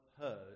heard